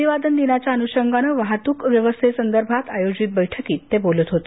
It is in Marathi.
अभिवादन दिनाच्या अनुषंगानं वाहतुक व्यवस्थेसंदर्भात आयोजित बैठकीत ते बोलत होते